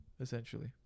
essentially